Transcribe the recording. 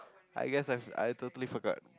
I guess I've I totally forgot